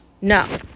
No